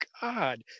God